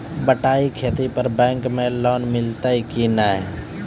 बटाई खेती पर बैंक मे लोन मिलतै कि नैय?